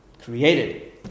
created